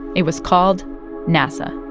it was called nasa